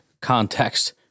context